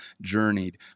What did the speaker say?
journeyed